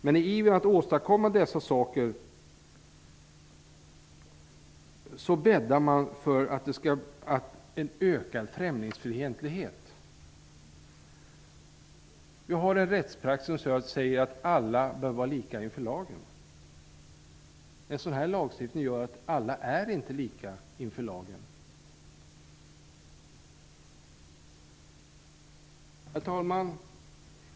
Men i ivern att åstadkomma något bäddar man för en ökad främlingsfientlighet. Vi har en rättspraxis som säger att alla bör vara lika inför lagen. En sådan här lagstiftning gör att alla inte är lika inför lagen. Herr talman!